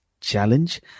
challenge